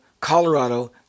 Colorado